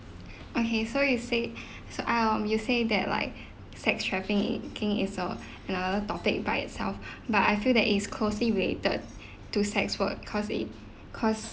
okay so you said so um you said that like sex traffic~ uh ~ king is a another topic by itself but I feel that it's closely related to sex work cause it cause